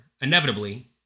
inevitably